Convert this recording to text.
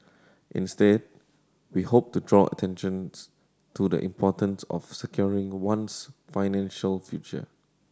instead we hoped to draw attentions to the importance of securing one's financial future